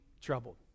troubled